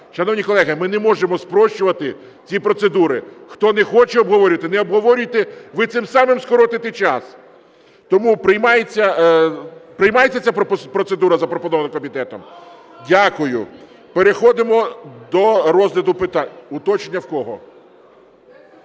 Шановні колеги, ми не можемо спрощувати ці процедури. Хто не хоче обговорювати, не обговорюйте, ви цим самим скоротите час. Тому приймається ця процедура, запропонована комітетом? Дякую. Переходимо до розгляду питань. Уточнення в кого?